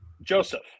Joseph